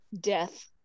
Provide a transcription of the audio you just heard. death